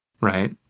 right